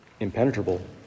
impenetrable